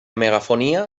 megafonia